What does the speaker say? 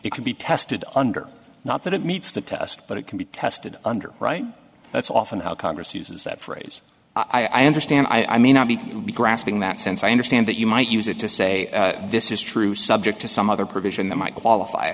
it can be tested under not that it meets the test but it can be tested under right that's often how congress uses that phrase i understand i may not be be grasping that sense i understand that you might use it to say this is true subject to some other provision that might qualify